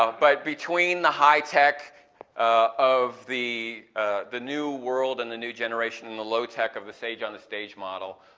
but between the high tech of the the new world and the new generation and the low tech of the sage on the stage model.